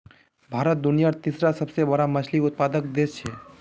भारत दुनियार तीसरा सबसे बड़ा मछली उत्पादक देश छे